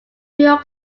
york